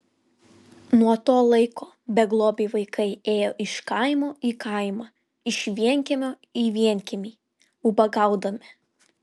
nuo to laiko beglobiai vaikai ėjo iš kaimo į kaimą iš vienkiemio į vienkiemį ubagaudami